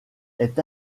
est